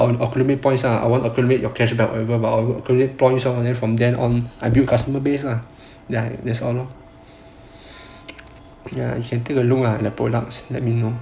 optimal points ah you will be awarded your cashback whatever but our credit points from then from then on I build customer base ah ya that's all lor ya you can take a look lah the products let me know